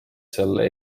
selle